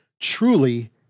truly